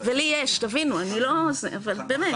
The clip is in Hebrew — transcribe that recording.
יש תבינו אני לא זה, אבל באמת.